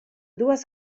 dues